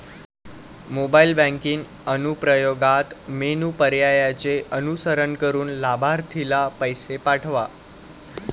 mobile banking अनुप्रयोगात menu पर्यायांचे अनुसरण करून लाभार्थीला पैसे पाठवा